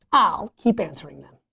i'll keep answering